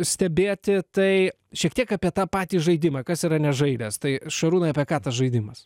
stebėti tai šiek tiek apie tą patį žaidimą kas yra nežaidęs tai šarūnai apie ką tas žaidimas